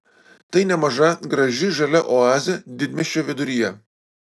tai nemaža graži žalia oazė didmiesčio viduryje